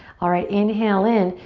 alright, inhale in.